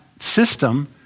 system